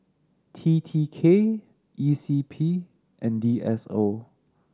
T T K E C P and D S O